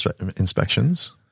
inspections